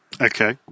Okay